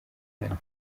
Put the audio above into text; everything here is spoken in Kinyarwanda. nkana